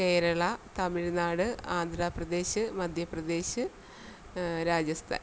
Kerala Tamil Nadu Andhra Pradesh Madhya Pradesh Rajasthan